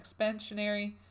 expansionary